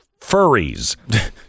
furries